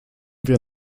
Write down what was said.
wir